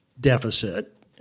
deficit